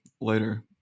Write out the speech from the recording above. later